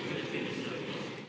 Hvala